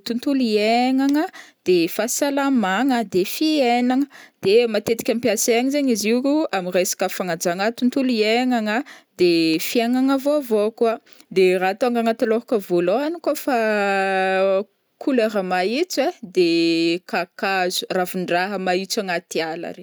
tontolo iaignagna de fahasalamagna de fiainagna, de matetika ampiasaigny zegny izy io ami resaka fagnajagna tontolo iaignagna, de fiainagna vaovao koa, de raha tônga agnaty lôhako vôlôhagny kô fa couleur maîntso ai de kankazo ravindraha maintso agnaty ala regny.